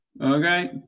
Okay